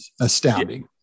Astounding